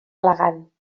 elegant